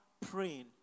praying